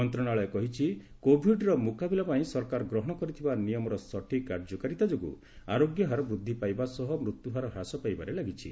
ମନ୍ତ୍ରଣାଳୟ କହିଛି କୋବିଡ୍ର ମୁକାବିଲା ପାଇଁ ସରକାର ଗ୍ରହଣ କରିଥିବା ନିୟମର ସଠିକ୍ କାର୍ଯ୍ୟକାରିତା ଯୋଗୁଁ ଆରୋଗ୍ୟ ହାର ବୃଦ୍ଧି ପାଇବା ସହ ମୃତ୍ୟୁହାର ହ୍ରାସ ପାଇବାରେ ଲାଗିଛି